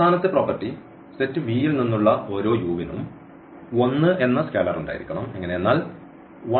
അവസാനത്തെ property set V യിൽ നിന്നുള്ള ഓരോ u നും 1 എന്ന സ്കാലാർ ഉണ്ടായിരിക്കണം എങ്ങനെയെന്നാൽ 1